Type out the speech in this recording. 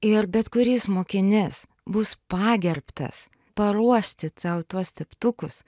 ir bet kuris mokinys bus pagerbtas paruošti tau tuos teptukus